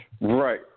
Right